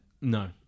No